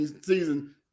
season